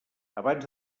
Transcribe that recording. abans